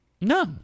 No